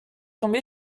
tombé